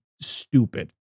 stupid